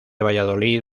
valladolid